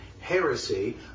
heresy